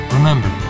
Remember